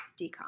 decom